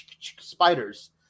spiders